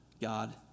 God